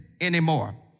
anymore